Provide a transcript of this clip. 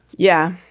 yeah.